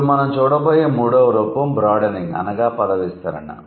ఇప్పుడు మనం చూడబోయే మూడవ రూపం బ్రాడెనింగ్ అనగా పద విస్తరణ